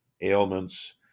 ailments